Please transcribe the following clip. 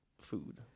food